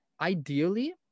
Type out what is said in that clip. ideally